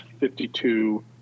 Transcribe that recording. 52